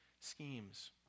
schemes